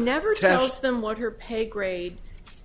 never tells them what her pay grade